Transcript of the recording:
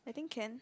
I think can